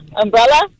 Umbrella